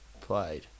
played